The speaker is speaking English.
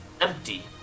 empty